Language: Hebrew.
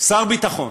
שר ביטחון